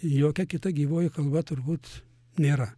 jokia kita gyvoji kalba turbūt nėra